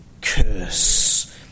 curse